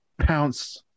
pounce